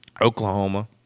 Oklahoma